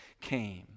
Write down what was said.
came